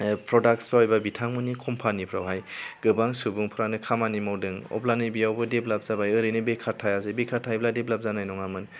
products बायबा बिथांमोननि कम्पानीफ्रावहाय गोबां सुबुंफ्रानो खामानि मावदों अब्ला नैबेयावबो देब्लाप जाबाय ओरैनो बेखार थायासै बेखार थायोब्ला देब्लाप जानाय नङामोन